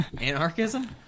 Anarchism